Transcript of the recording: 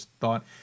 thought